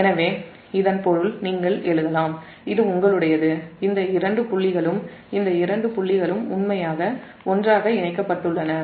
எனவே இதன் பொருள் நீங்கள் எழுதலாம் இது உங்களுடையது இந்த இரண்டு புள்ளிகளும் உண்மையில் ஒன்றாக இணைக்கப்பட்டுள்ளன